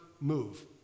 move